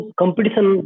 competition